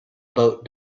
boat